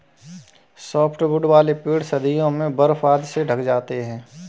softwood वाले पेड़ सर्दियों में बर्फ आदि से ढँक जाते हैं